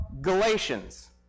Galatians